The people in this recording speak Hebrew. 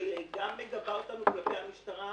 שגם מגבה אותנו כלפי המשטרה,